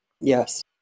yes